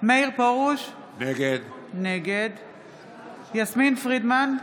מאיר פרוש, נגד יסמין פרידמן,